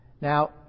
Now